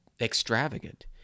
extravagant